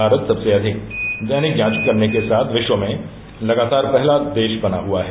भारत सदसे अधिक दैनिक जांच करने के साथ विश्व में लगातार पहला देश बना हुआ है